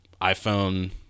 iPhone